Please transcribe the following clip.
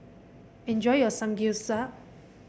enjoy your Samgeyopsal